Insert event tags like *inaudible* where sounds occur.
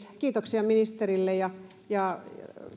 *unintelligible* kiitoksia ministerille